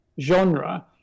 genre